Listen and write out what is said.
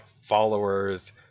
followers